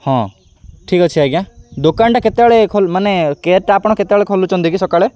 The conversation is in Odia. ହଁ ଠିକ୍ ଅଛି ଆଜ୍ଞା ଦୋକାନଟା କେତେବେଳେ ଖୋଲ ମାନେ କେୟାର୍ଟା ଆପଣ କେତେବେଳେ ଖୋଲୁଛନ୍ତି କି ସକାଳେ